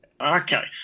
Okay